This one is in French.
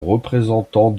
représentants